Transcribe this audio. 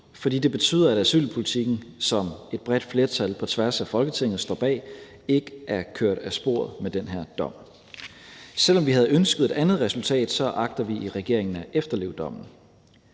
for det betyder, at asylpolitikken, som et bredt flertal på tværs af Folketinget står bag, ikke er kørt af sporet med den her dom. Selv om vi havde ønsket et andet resultat, agter vi i regeringen at efterleve dommen.